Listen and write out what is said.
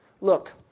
Look